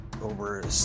over